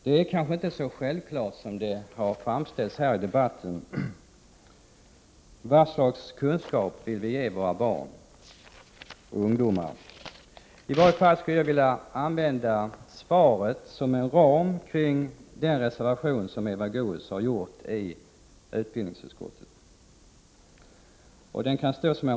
Det är kanske inte så självklart som det har framställts här i debatten vad slags kunskaper vi vill ge våra barn och ungdomar. I varje fall skulle jag vilja använda det svaret som en ram kring intentionerna i den reservation som Eva Goéäs har gjort i utbildningsutskottet.